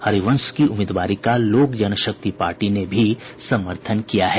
हरिवंश की उम्मीदवारी का लोक जनशक्ति पार्टी ने भी समर्थन किया है